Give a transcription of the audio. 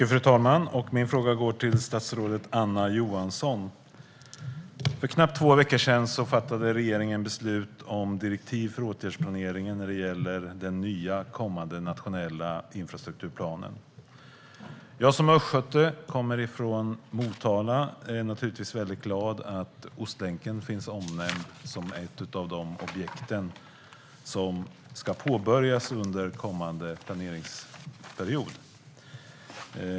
Fru talman! Min fråga går till statsrådet Anna Johansson. För knappt två veckor sedan fattade regeringen beslut om direktiv för åtgärdsplaneringen när det gäller den nya kommande nationella infrastrukturplanen. Jag som östgöte - jag kommer från Motala - är naturligtvis mycket glad över att Ostlänken finns omnämnd som ett av de objekt som ska påbörjas under kommande planeringsperiod.